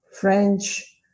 French